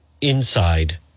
inside